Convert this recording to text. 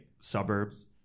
suburbs